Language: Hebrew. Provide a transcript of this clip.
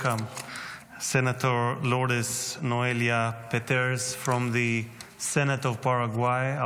Senator Lourdes Noelia from the Senate Paraguay,